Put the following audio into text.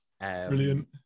Brilliant